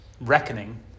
reckoning